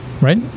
Right